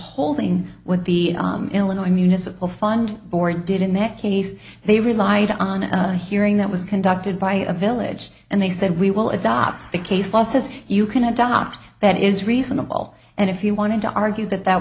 holding with the illinois municipal fund board did in that case they relied on a hearing that was conducted by a village and they said we will adopt the case law says you can adopt that is reasonable and if you wanted to argue that that